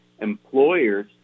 employers